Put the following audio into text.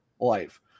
life